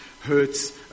hurts